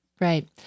Right